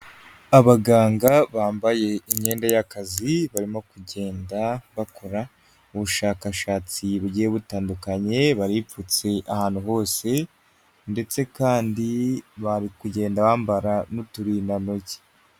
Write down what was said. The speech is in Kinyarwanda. Abaganga bambaye imyenda y'akazi barimo kugenda bakora ubushakashatsi bugiye butandukanye, baripfutse ahantu hose ndetse kandi bari kugenda bambara n'uturindantoki.